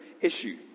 issue